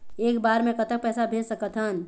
एक बार मे कतक पैसा भेज सकत हन?